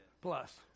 Plus